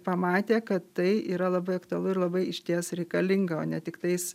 pamatė kad tai yra labai aktualu ir labai išties reikalinga o ne tiktais